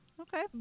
Okay